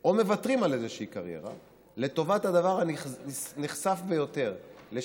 או מוותרים על איזושהי קריירה לטובת הדבר הנכסף ביותר,